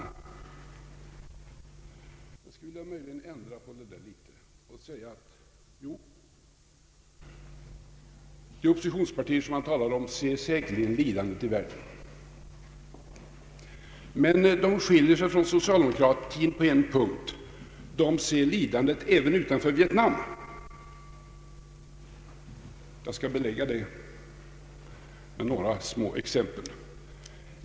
Jag skulle vilja ändra litet på detta och säga att de oppositionspartier statsministern talar om säkerligen ser lidandet i världen, men de skiljer sig från socialdemokratin på en punkt, De ser lidandet även utanför Vietnam. Jag skall belägga det med några små exempel.